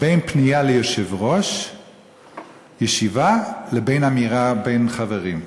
בין פנייה ליושב-ראש ישיבה לבין אמירה בין חברים.